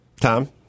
Tom